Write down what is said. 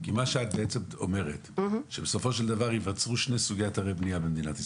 את אומרת שייווצרו שני סוגי אתרי בנייה במדינת ישראל,